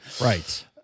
Right